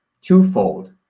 twofold